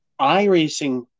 iRacing